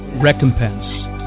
recompense